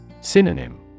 Synonym